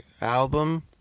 album